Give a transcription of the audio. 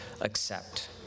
accept